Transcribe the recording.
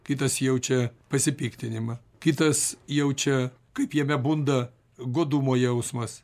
kitas jaučia pasipiktinimą kitas jaučia kaip jame bunda godumo jausmas